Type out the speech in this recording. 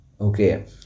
Okay